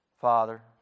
Father